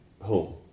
home